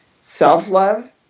self-love